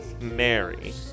Mary